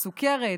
סוכרת,